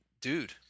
dude